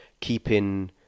keeping